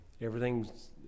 everything's